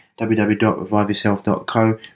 www.reviveyourself.co